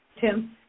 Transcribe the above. Tim